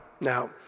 Now